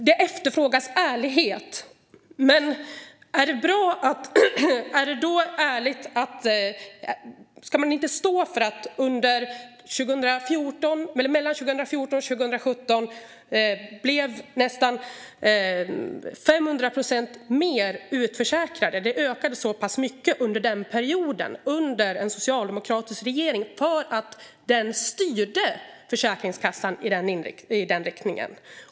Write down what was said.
Det efterfrågas ärlighet, men ska man då inte stå för att mellan 2014 och 2017 ökade antalet utförsäkrade med nästan 500 procent? Det ökade så pass mycket under denna period - under en socialdemokratisk regering - för att regeringen styrde Försäkringskassan i denna riktning.